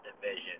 division